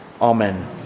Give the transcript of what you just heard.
Amen